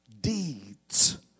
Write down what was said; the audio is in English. deeds